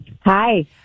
hi